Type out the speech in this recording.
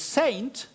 saint